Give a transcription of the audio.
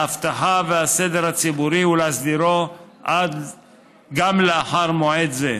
האבטחה והסדר הציבורי ולהסדירו גם לאחר מועד זה.